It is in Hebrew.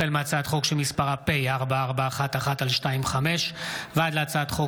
החל בהצעת חוק פ/4411/25 וכלה בהצעת חוק